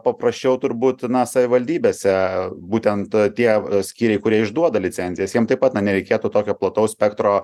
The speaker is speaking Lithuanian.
paprasčiau turbūt na savivaldybėse būtent tie skyriai kurie išduoda licencijas jiem taip pat na nereikėtų tokio plataus spektro